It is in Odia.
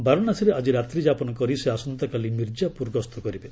ବାରାଣସୀରେ ଆଜି ରାତ୍ରୀ ଯାପନ କରି ସେ ଆସନ୍ତାକାଲି ମିର୍ଜାପୁର ଗସ୍ତ କରିବେ